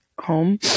home